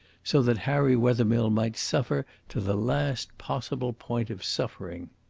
so that harry wethermill might suffer to the last possible point of suffering.